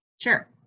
Sure